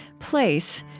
place.